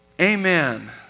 Amen